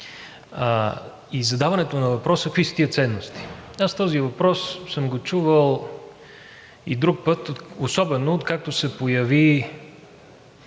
и задаването на въпроса: „Какви са тези ценности?“ Аз този въпрос съм го чувал и друг път, особено откакто се появи